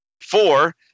Four